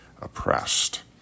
oppressed